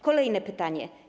Kolejne pytanie.